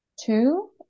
two